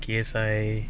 K_S_I